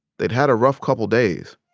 they'd had a rough couple days.